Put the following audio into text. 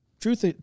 truth